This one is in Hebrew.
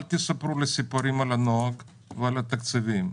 אל תספרו לי סיפורים על הנוהג ועל התקציבים.